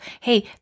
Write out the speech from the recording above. hey